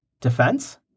defense